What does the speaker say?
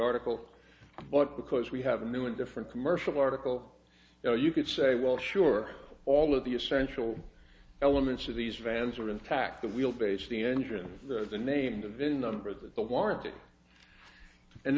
article but because we have a new and different commercial article now you could say well sure all of the essential elements of these vans are in fact the wheelbase the engine the name the vin number that the warrant it and